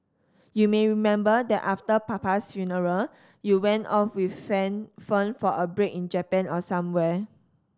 you may remember that after papa's funeral you went off with Fern Fern for a break in Japan or somewhere